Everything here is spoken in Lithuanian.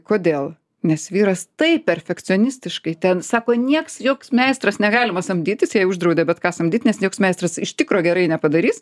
kodėl nes vyras taip perfekcionistiškai ten sako nieks joks meistras negalima samdytis jai uždraudė bet ką samdyt nes joks meistras iš tikro gerai nepadarys